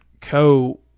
Co